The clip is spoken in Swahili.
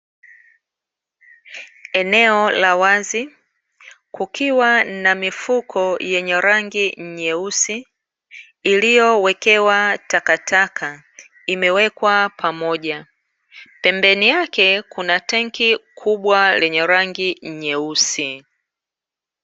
Eneo la wazi kukiwa na mifuko yenye rangi nyeusi iliyowekewa takataka imewekwa pamoja, pembeni yake kuna tenki kubwa lenye rangi nyeusi.